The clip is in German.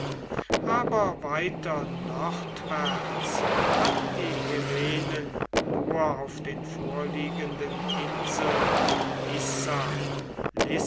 aber weiter nordwärts hatten die hellenen nur auf den vorliegenden inseln